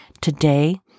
Today